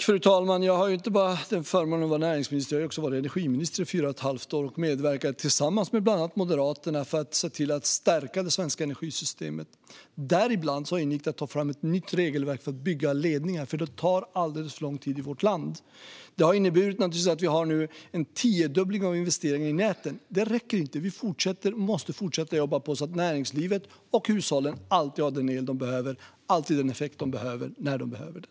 Fru talman! Jag har inte bara förmånen att vara näringsminister, utan jag har också varit energiminister i fyra och ett halvt år och medverkat - tillsammans med bland annat Moderaterna - till att stärka det svenska energisystemet. I detta ingick att ta fram ett nytt regelverk för att bygga ledningar, för det tar alldeles för lång tid i vårt land. Det har inneburit att vi nu har en tiodubbling av investeringarna i näten. Detta räcker dock inte, utan vi fortsätter - och måste fortsätta - att jobba på så att näringslivet och hushållen alltid har den el och den effekt de behöver när de behöver den.